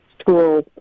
school